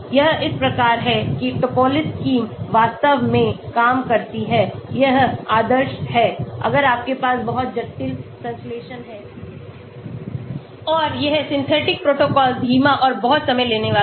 यह इस प्रकार है कि Topliss स्कीम वास्तव में काम करती है यह आदर्श है अगर आपके पास बहुत जटिल संश्लेषण है और यह सिंथेटिक प्रोटोकॉल धीमा और बहुत समय लेने वाला है